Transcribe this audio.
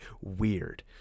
weird